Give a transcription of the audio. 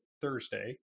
Thursday